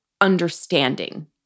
understanding